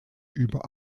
über